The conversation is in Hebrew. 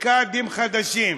קאדים חדשים.